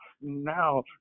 now